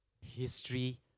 History